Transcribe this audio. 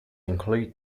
include